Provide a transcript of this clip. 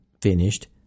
finished